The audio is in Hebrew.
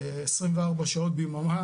24 שעות ביממה,